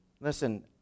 listen